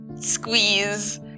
squeeze